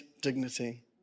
Dignity